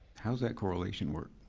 how does that correlation work?